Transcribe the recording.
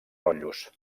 rotllos